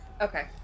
Okay